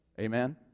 Amen